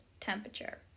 temperature